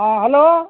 ହଁ ହେଲୋ